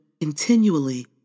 continually